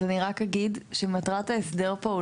אז אני רק אגיד שמטרה את ההסדר פה הוא